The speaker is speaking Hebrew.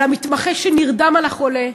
על המתמחה שנרדם על חולה,